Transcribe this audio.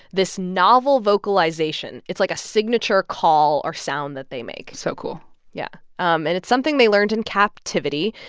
this novel vocalization. it's like a signature call or sound that they make so cool yeah. um and it's something they learned in captivity.